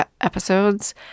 episodes